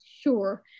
Sure